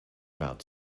about